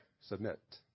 Submit